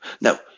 Now